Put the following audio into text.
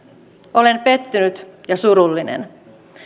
olen pettynyt ja surullinen